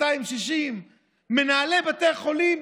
260. מנהלי בתי החולים,